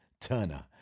Turner